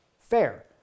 Fair